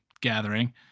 gathering